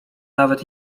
nawet